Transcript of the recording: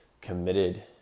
committed